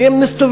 כי הם מסתובבים.